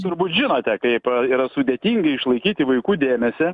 turbūt žinote kaip yra sudėtinga išlaikyti vaikų dėmesį